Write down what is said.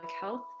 health